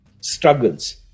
struggles